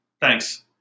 Thanks